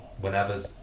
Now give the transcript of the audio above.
whenever